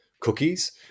cookies